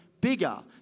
bigger